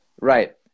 right